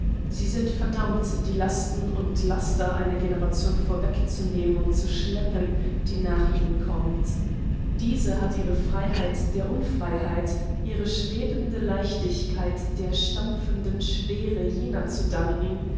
sie sind verdammt lasten und laster einer generation vorweg zu nehmen und zu schleppen die nach ihnen kommt diese hat ihre freiheit der unfreiheit ihre schwebende leichtigkeit der stampfenden schwere jener zu danken